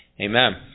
Amen